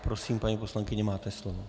Prosím, paní poslankyně, máte slovo.